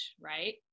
right